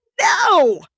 no